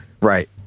right